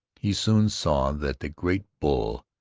he soon saw that the great bull,